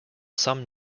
some